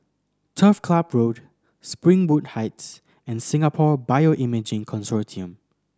Turf Club Road Springwood Heights and Singapore Bioimaging Consortium